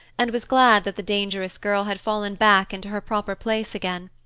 and was glad that the dangerous girl had fallen back into her proper place again,